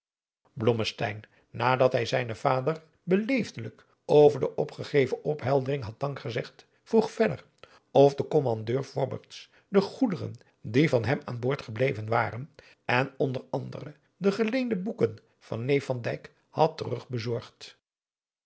nadat hij zijnen vader beleesdelijk over de opgegeven opheldering had dankgezegd vroeg verder of de kommandeur fobberts de goederen die van hem aan boord gebleven waren en onder andere de geleende boeken van neef van dyk had terug bezorgd